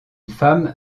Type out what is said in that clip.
femme